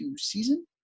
season